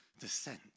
descent